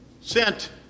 sent